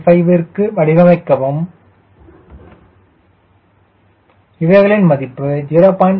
15 கிற்கு வடிவமைக்கவும் என்றால் இவைகளின் மதிப்புகளை 0